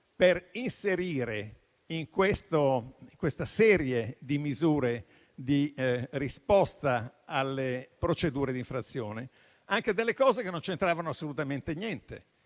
per inserire in questa serie di misure di risposta alle procedure di infrazione anche delle cose che non c'entravano assolutamente niente.